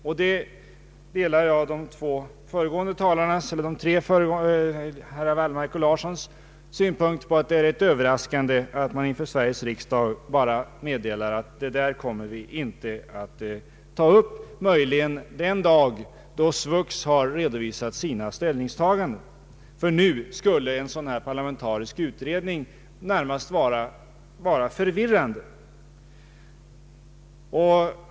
Jag delar herrar Wallmarks och Larssons synpunkt att det är överraskande att man inför Sveriges riksdag som utfärdat beställningen bara meddelar att man inte kommer att verkställa den delen — möjligen den dag då SVUX har redovisat sina ställningstaganden — ty nu skulle en sådan parlamentarisk utredning närmast vara förvirrande.